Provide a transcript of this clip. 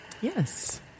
Yes